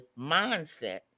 mindset